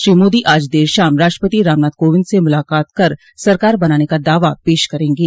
श्री मोदी आज देर शाम राष्ट्रपति रामनाथ कोविंद से मुलाकात कर सरकार बनाने का दावा पेश करेंगे